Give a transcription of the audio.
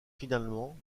finalement